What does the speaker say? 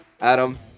Adam